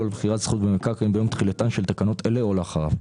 על מכירת זכות במקרקעין ביום תחילתן של תקנות אלה או לאחריו.